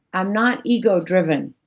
i'm not ego driven,